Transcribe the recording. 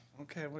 okay